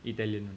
italian